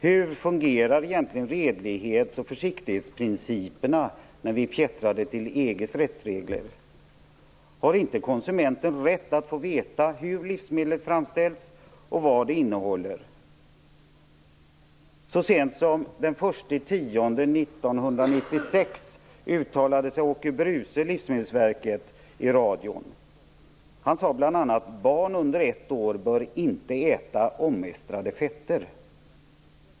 Hur fungerar egentligen redlighets och försiktighetsprinciperna när vi är fjättrade till EG:s rättsregler? Har inte konsumenten rätt att få veta hur livsmedlet framställts och vad det innehåller? Så sent som den 1 oktober 1996 uttalade sig Åke Bruce, Livsmedelsverket, i radion. Han sade bl.a. att barn under ett år inte bör äta omestrade fetter.